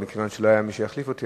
מכיוון שלא היה מי שיחליף אותי,